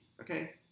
Okay